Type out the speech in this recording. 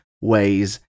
ways